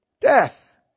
Death